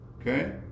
Okay